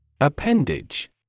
Appendage